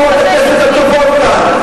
את אחת מחברות הכנסת הטובות כאן.